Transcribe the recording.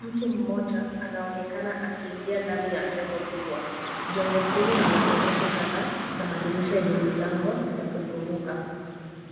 Mtu mmoja anaonekana akiingia ndani ya jengo kubwa. Jengo hili ni la ghorofa kadhaa, na madirisha yenye milango ya kufunguka.